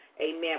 amen